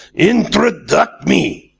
introduct me!